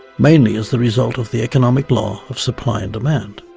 mainly as the result of the economic law of supply and demand.